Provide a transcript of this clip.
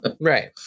Right